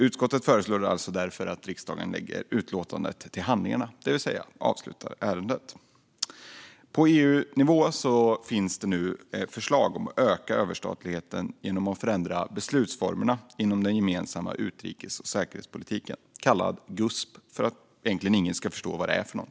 Utskottet föreslår därför att riksdagen lägger utlåtandet till handlingarna, det vill säga avslutar ärendet. På EU-nivå finns det nu förslag om att öka överstatligheten genom att förändra beslutsformerna inom den gemensamma utrikes och säkerhetspolitiken, kallad Gusp för att ingen ska förstå vad det är.